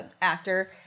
actor